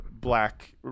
black